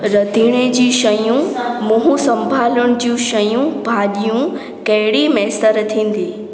रंधिणे जूं शयूं मुंहुं संभाल जूं शयूं भाॼियूं कंहिं ॾींहुं मुयसरु थींदी